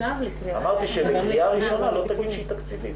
צריך לכתוב שבהתאם למה שמופיע בספר התקציב,